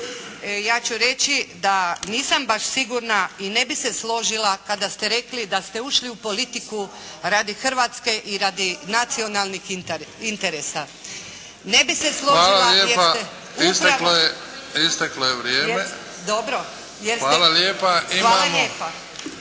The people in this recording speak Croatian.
Ja ću reći da nisam baš sigurna i ne bih se složila kada ste rekli da ste ušli u politiku radi Hrvatske i radi nacionalnih interesa. Ne bih se složila jer ste upravo. **Bebić, Luka (HDZ)** Hvala lijepa.